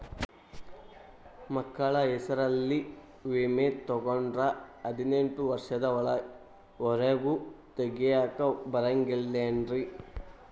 ಮಕ್ಕಳ ಹೆಸರಲ್ಲಿ ವಿಮೆ ತೊಗೊಂಡ್ರ ಹದಿನೆಂಟು ವರ್ಷದ ಒರೆಗೂ ತೆಗಿಯಾಕ ಬರಂಗಿಲ್ಲೇನ್ರಿ?